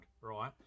right